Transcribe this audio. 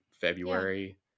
February